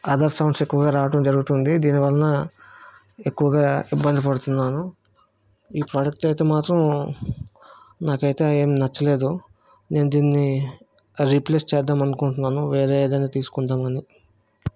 other sounds ఎక్కువగా రావడం జరుగుతుంది దీని వలన ఎక్కువగా ఇబ్బంది పడుతున్నాను ఈ ప్రాడక్ట్ అయితే మాత్రం నాకు అయితే ఏమి నచ్చలేదు నేను దీన్ని రీప్లేస్ చేద్దాం అని అనుకుంటున్నాను వేరే ఏదన్నా తీసుకుందాం అని